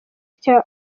cya